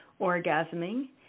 orgasming